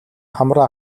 хамраа